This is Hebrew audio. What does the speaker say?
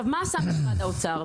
מה עשה משרד האוצר?